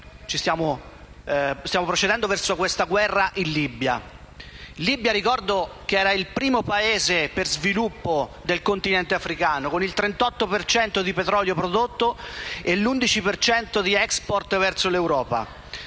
stiamo procedendo verso questa guerra in Libia che, ricordo, era il primo Paese, per sviluppo, del continente africano, con il 38 per cento di petrolio prodotto e l'11 per cento di *export* verso l'Europa.